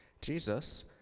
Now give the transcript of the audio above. Jesus